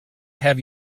have